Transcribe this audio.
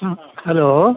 ആ ഹലോ